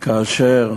כאשר